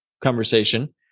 conversation